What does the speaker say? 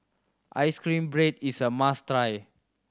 ice cream bread is a must try